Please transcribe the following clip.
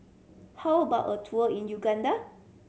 how about a tour in Uganda